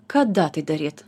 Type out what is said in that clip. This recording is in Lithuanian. kada tai daryt